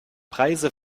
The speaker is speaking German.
preise